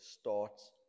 starts